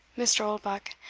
mr. oldbuck,